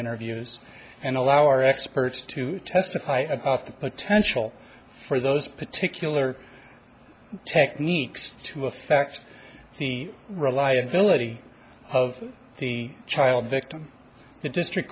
interviews and allow our experts to testify the potential for those particular techniques to affect the reliability of the child victim the district